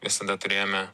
visada turėjome